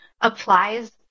applies